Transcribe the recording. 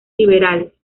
liberales